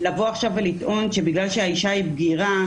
לבוא עכשיו ולטעון שבגלל שהאישה היא בגירה,